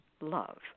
love